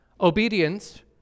Obedience